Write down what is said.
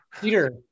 Peter